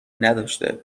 نداشته